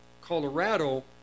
Colorado